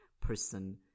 person